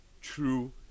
true